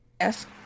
Yes